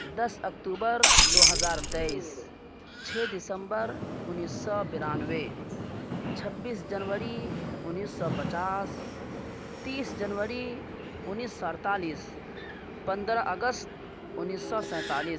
دس اکتوبر دو ہزار تیئیس چھ دسمبر انیس سو برانوے چھبیس جنوری انیس سو پچاس تیس جنوری انیس سو اڑتالیس پندرہ اگست انیس سو سینتالیس